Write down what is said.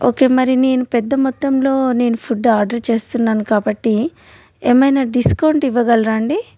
okay మరి నేను పెద్ద మొత్తంలో నేను ఫుడ్ ఆర్డర్ చేస్తున్నాను కాబట్టి ఏమైనా డిస్కౌంట్ ఇవ్వగలరా అండి